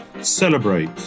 celebrate